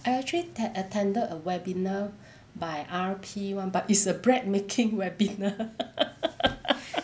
I actually had attended a webinar by R_P [one] but it's a bread making webinar